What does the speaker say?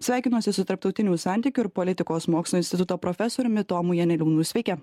sveikinuosi su tarptautinių santykių ir politikos mokslų instituto profesoriumi tomu janeliūnu sveiki